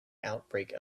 outbreak